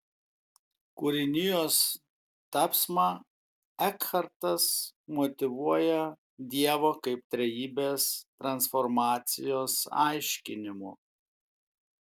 kūrinijos tapsmą ekhartas motyvuoja dievo kaip trejybės transformacijos aiškinimu